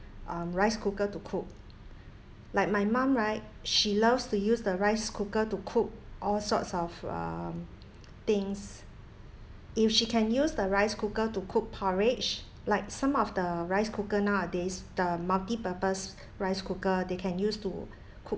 um rice cooker to cook like my mum right she loves to use the rice cooker to cook all sorts of um things if she can use the rice cooker to cook porridge like some of the rice cooker nowadays days the multi-purpose rice cooker they can use to cook